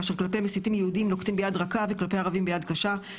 כאשר כלפי מסיתים יהודים נוקטים ביד רכה כלפי הערבים ביד קשה,